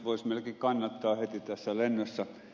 voisi melkein kannattaa heti tässä lennossa